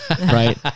Right